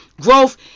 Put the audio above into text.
Growth